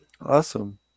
Awesome